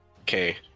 Okay